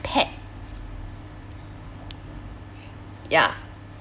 pet ya